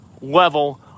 level